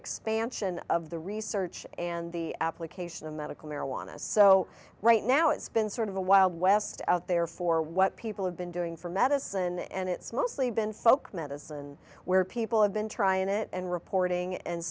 expansion of the research and the application of medical marijuana so right now it's been sort of the wild west out there for what people been doing for medicine and it's mostly been folk medicine where people have been trying it and reporting and